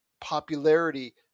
popularity